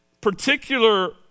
particular